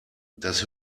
das